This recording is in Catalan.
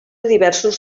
diversos